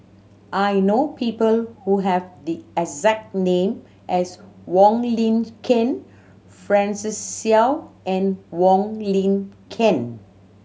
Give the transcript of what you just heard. I know people who have the exact name as Wong Lin Ken Francis Seow and Wong Lin Ken